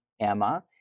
Emma